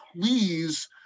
please